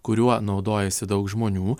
kuriuo naudojasi daug žmonių